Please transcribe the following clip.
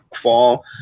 fall